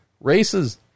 races